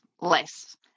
less